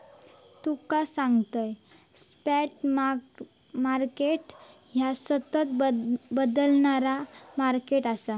तुका सांगतंय, spot market ह्या सतत बदलणारा मार्केट आसा